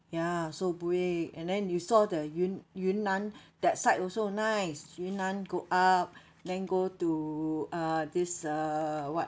ya so big and then you saw the yun~ yunnan that side also nice yunnan go up then go to uh this uh what